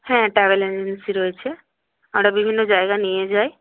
হ্যাঁ travel agency রয়েছে আমরা বিভিন্ন জায়গা নিয়ে যাই